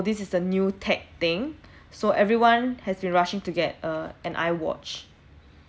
this is a new tech thing so everyone has been rushing to get err an iwatch